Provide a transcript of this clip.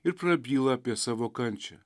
ir prabyla apie savo kančią